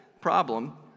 problem